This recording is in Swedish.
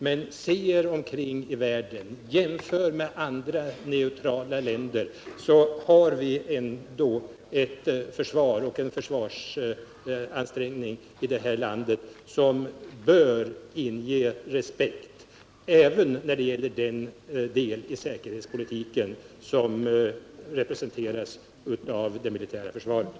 Men om man ser sig omkring i världen och jämför med andra neutrala länder finner man att vi ändå har ett försvar och en försvarsansträngning i det här landet som bör inge respekt även när det gäller den del i säkerhetspolitiken som representeras av det militära försvaret.